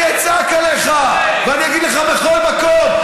אני אצעק עליך ואני אגיד לך בכל מקום,